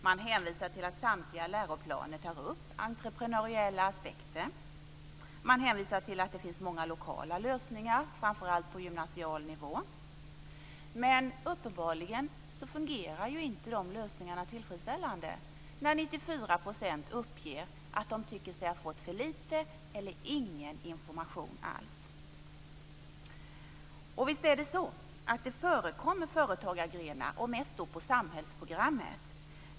Man hänvisar till att samtliga läroplaner tar upp entreprenöriella aspekter. Man hänvisar till att det finns många lokala lösningar, framför allt på gymnasial nivå. Men uppenbarligen fungerar inte de lösningarna tillfredsställande när 94 % av eleverna uppger att de tycker sig ha fått för lite eller ingen information alls. Visst är det så att det förekommer företagargrenar, mest på samhällsprogrammet.